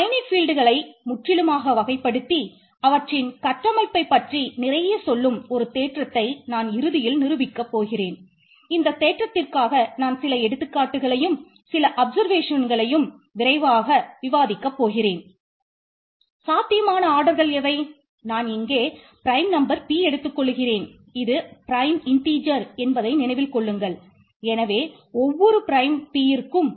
finite ஃபீல்ட்களை p ஆகும்